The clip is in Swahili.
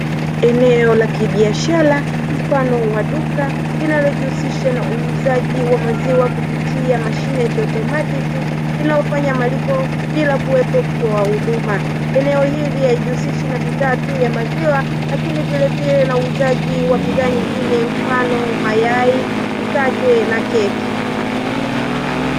Eneo la kibiashara mfano wa duka linalojihusisha na uuzaji wa maziwa, kupitia mashine ya kiotomatiki inayofanya malipo bila kuwepo mtoa huduma. Eneo hili haijihusishi na bidhaa tu ya maziwa lakini vile vile, na uuzaji wa bidhaa nyingine mfano mayai mikate na keki.